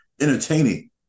entertaining